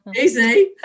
easy